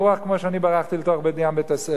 כמו שאני ברחתי לתוך בניין בית-הספר.